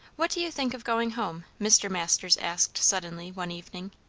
what do you think of going home? mr. masters asked suddenly one evening.